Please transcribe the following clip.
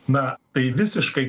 na tai visiškai